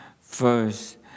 first